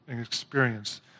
experience